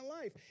life